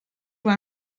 wohl